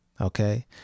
Okay